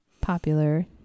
popular